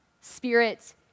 spirit